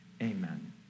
Amen